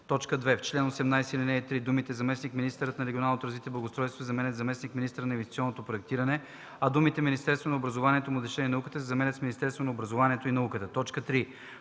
2. В чл. 18, ал. 3 думите „заместник-министър на регионалното развитие и благоустройството” се заменят със „заместник-министър на инвестиционното проектиране”, а думите „Министерството на образованието, младежта и науката“ се заменят с „Министерството на образованието и науката”. 3.